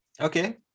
Okay